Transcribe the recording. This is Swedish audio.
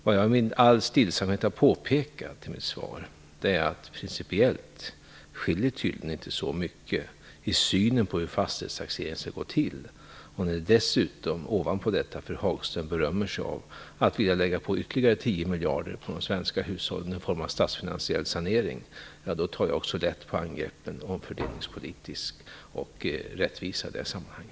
Vad jag i all stillsamhet har påpekat i mitt svar är att det principiellt tydligen inte skiljer så mycket i synen på hur fastighetstaxeringen skall gå till. När fru Hagström dessutom berömmer sig av att vilja lägga ytterligare 10 miljarder på de svenska hushållen i form av statsfinansiell sanering, då tar jag också lätt på angreppen om fördelningspolitisk rättvisa i detta sammanhang.